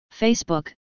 Facebook